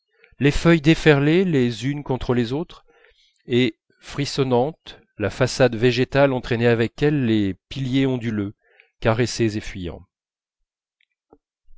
les feuilles déferlaient les unes contre les autres et frissonnante la façade végétale entraînait avec elle les piliers onduleux caressés et